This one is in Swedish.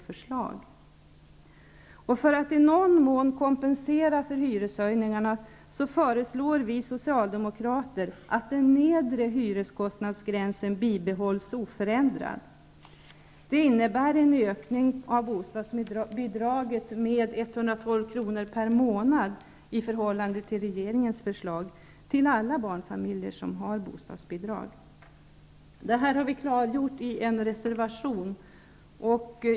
För att i någon mån kompensera för hyreshöjningarna föreslår vi socialdemokrater att den nedre hyreskostnadsgränsen bibehålls oförändrad. Det innebär en ökning med 112 Detta har vi klargjort i en reservation.